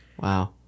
Wow